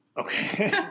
Okay